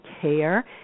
care